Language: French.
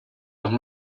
leurs